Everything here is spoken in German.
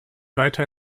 weiter